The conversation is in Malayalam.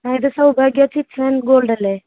ആ ഇത് സൗഭാഗ്യ ചിറ്റ്സ് ആൻഡ് ഗോൾഡല്ലേ